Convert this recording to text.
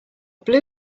blue